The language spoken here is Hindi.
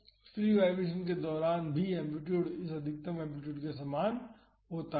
और फ्री वाईब्रेशन के दौरान भी एम्पलीटूड इस अधिकतम एम्पलीटूड के समान होता है